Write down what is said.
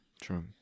True